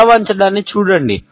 తల వంచడానిని చూడండి